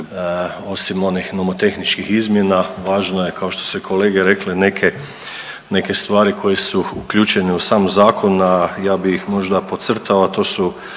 osim onih nomotehničkih izmjena važno je kao što su kolege rekle neke stvari koje su uključene u sam zakon, a ja bih možda podcrtao,